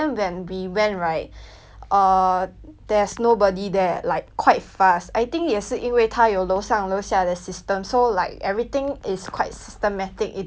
err there's nobody there like quite fast I think 也是因为他有楼上楼下的 system so like everything is quite systematic it doesn't really take very long to queue